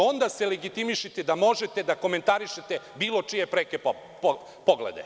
Onda se legitimišite da možete da komentarišete bilo čije preke poglede.